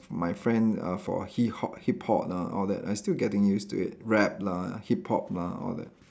my friend uh for hip-hop hip-hop lah all that I still getting used to it rap lah hip-hop lah all that